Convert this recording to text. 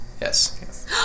Yes